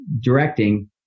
directing